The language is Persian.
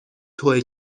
توئه